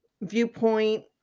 viewpoint